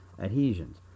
adhesions